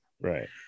Right